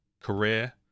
career